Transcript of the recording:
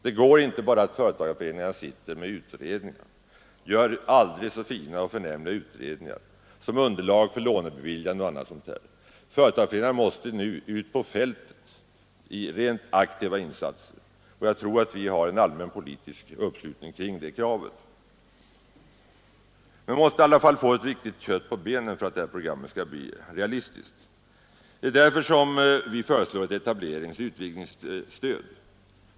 Det räcker inte med att företagarföreningarna arbetar fram aldrig så fina och förnämliga utredningar som underlag för beviljande av lån osv., utan föreningarna måste nu ut på fältet i rent aktiva insatser i annan utsträckning än som varit möjligt tidigare. Jag tror att det råder en allmän politisk uppslutning kring det kravet. Det måste så att säga finnas kött på benen för att programmet skall bli realistiskt. Det är därför som vi föreslår ett etableringsoch utvidgningsstöd.